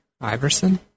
Iverson